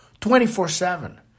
24-7